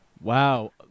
Wow